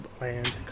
land